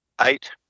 eight